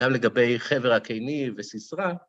גם לגבי חבר הקייני וסיסרא.